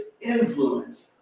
influence